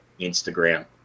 Instagram